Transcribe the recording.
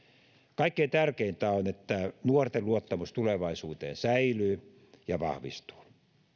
kaikkein tärkeintä on että nuorten luottamus tulevaisuuteen säilyy ja vahvistuu